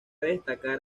destacar